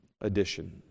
edition